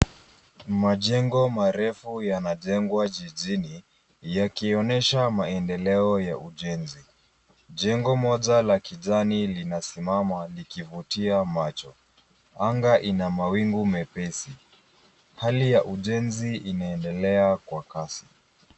Majengo marefu yanajengwa jijini yakionesha maendeleo ya ujenzi. Jengo moja la kijani linasimama likivutia macho. Anga ina mawingu mepesi. Hali ya ujenzi inaendelea kwa kasi,